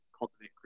Cultivate